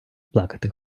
плакати